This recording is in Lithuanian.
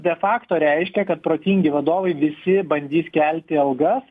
de fakto reiškia kad protingi vadovai visi bandys kelti algas